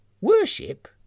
Worship